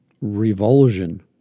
revulsion